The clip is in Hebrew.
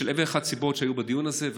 בשל אלף ואחת סיבות שהיו בדיון הזה.